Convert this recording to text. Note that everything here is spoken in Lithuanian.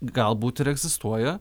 galbūt ir egzistuoja